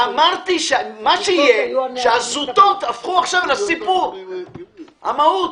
אמרתי שהזוטות הפכו עכשיו לסיפור, למהות.